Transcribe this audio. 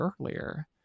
earlier